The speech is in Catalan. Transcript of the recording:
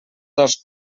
dos